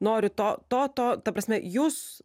nori to to to ta prasme jūs